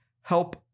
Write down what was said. help